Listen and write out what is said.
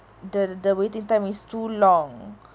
the the waiting time is too long